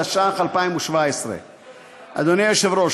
התשע"ח 2017. אדוני היושב-ראש,